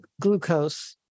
glucose